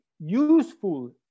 useful